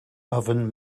oven